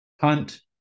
Hunt